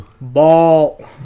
Ball